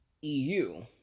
eu